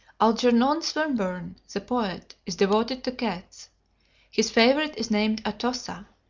algernon swinburne, the poet, is devoted to cats his favorite is named atossa.